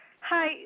Hi